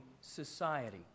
society